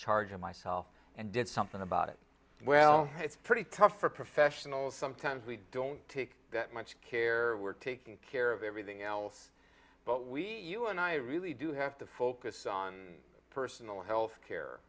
charge of myself and did something about it well it's pretty tough for professionals sometimes we don't take that much care we're taking care of everything else but we you and i really do have to focus on personal health care